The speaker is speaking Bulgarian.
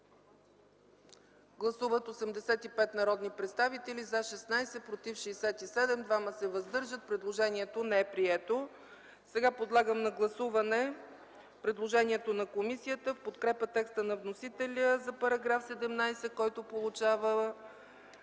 Гласували 85 народни представители: за 16, против 67, въздържали се 2. Предложението не е прието. Сега подлагам на гласуване предложението на комисията в подкрепа текста на вносителя за § 17, който получава